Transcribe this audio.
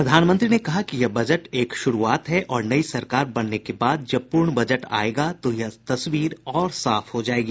प्रधानमंत्री ने कहा कि यह बजट एक शुरूआत है और नई सरकार बनने के बाद जब पूर्ण बजट आयेगा तो यह तस्वीर और साफ हो जायेगी